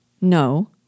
No